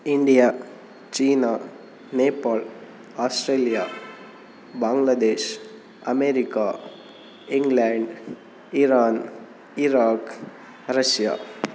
India China Nepal Australia Bangladesh America England Iran Iraq Russia